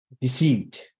deceived